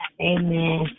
Amen